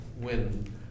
win